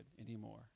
anymore